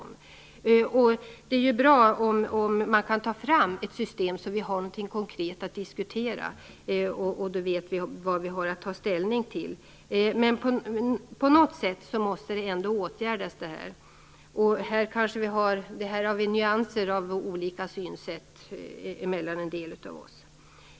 Det är bra om det går att ta fram ett system så att vi har någonting konkret att diskutera. Då vet vi vad vi har att ta ställning till. Men på något sätt måste det här ändå åtgärdas. Här finns det kanske nyanser mellan olika synsätt hos en del av oss.